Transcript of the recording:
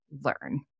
learn